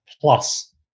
plus